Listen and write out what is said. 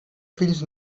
fills